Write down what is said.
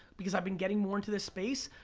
because i've been getting more into this space,